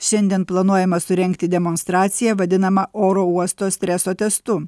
šiandien planuojama surengti demonstraciją vadinamą oro uosto streso testu